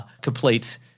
complete